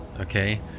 okay